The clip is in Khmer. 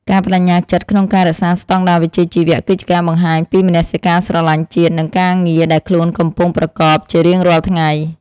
ការប្តេជ្ញាចិត្តក្នុងការរក្សាស្តង់ដារវិជ្ជាជីវៈគឺជាការបង្ហាញពីមនសិការស្រឡាញ់ជាតិនិងការងារដែលខ្លួនកំពុងប្រកបជារៀងរាល់ថ្ងៃ។